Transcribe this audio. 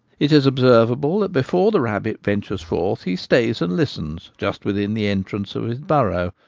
it is observable that before the rabbit ventures forth he stays and listens just within the entrance of his burrow,